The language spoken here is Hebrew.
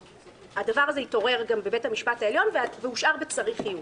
והדבר הזה התעורר גם בבית המשפט העליון והושאר בצריך עיון.